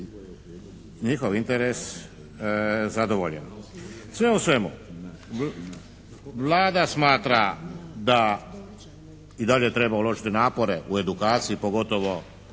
njihov interes zadovoljen. Sve u svemu, Vlada smatra da i dalje treba uložiti napore u edukaciju pogotovo